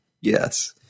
Yes